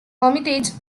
hermitage